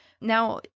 Now